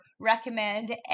recommend